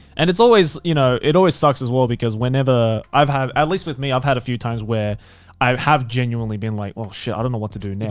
and it's always, you know, it always sucks as well because whenever i've had, at least with me, i've had a few times where i have genuinely been like, well shit, i don't know what to do next.